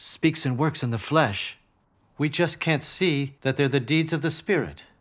speaks and works in the flesh we just can't see that they're the deeds of the spirit